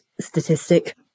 statistic